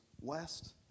west